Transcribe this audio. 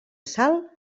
sal